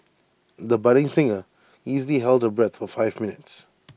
the budding singer easily held her breath for five minutes